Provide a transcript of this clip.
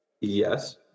Yes